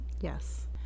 Yes